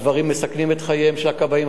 הדברים מסכנים את חייהם של הכבאים.